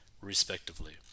respectively